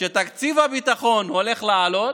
שתקציב הביטחון הולך לעלות